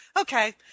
Okay